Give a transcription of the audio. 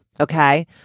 Okay